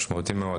משמעותי מאוד.